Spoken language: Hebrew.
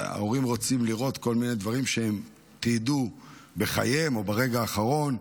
ההורים רוצים לראות כל מיני דברים שהם תיעדו בחייהם או ברגע האחרון,